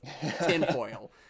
tinfoil